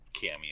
cameo